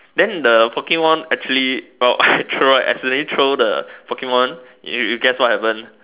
then the Pokemon actually well I throw accidentally throw the Pokemon you you guess what happen